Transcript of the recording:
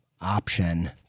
option